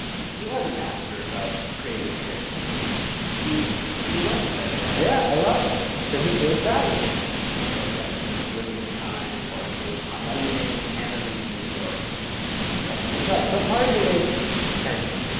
you are the master of creating scarcity you you love this idea, right? yeah, i love it because it creates value yeah, it does, you know limited time or there's i'm only making ten of these or yeah, it does right so part of it is tension,